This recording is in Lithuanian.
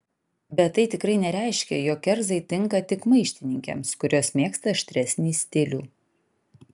bet tai tikrai nereiškia jog kerzai tinka tik maištininkėms kurios mėgsta aštresnį stilių